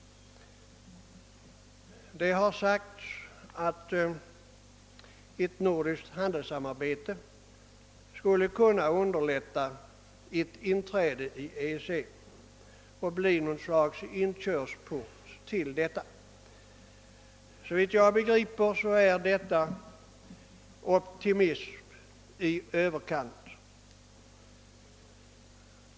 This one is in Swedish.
Det har sagts att ett nordiskt handelssamarbete skulle underlätta ett inträde i och bli något slags inkörsport till EEC. Såvitt jag begriper är detta optimism i överkant.